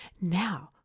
Now